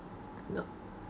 no